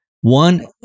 One